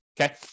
Okay